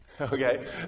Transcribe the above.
Okay